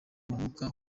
umwuka